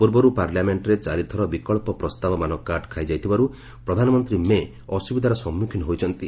ପୂର୍ବରୁ ପାର୍ଲାମେଣ୍ଟ୍ରେ ଚାରି ଥର ବିକ୍ସ ପ୍ରସ୍ତାବମାନ କାଟ୍ ଖାଇଯାଇଥିବାରୁ ପ୍ରଧାନମନ୍ତ୍ରୀ ମେ' ଅସୁବିଧାର ସମ୍ମୁଖୀନ ହୋଇଛନ୍ତି